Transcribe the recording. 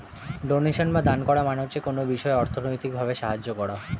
donation বা দান করা মানে হচ্ছে কোনো বিষয়ে অর্থনৈতিক ভাবে সাহায্য করা